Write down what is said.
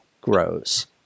grows